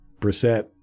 Brissette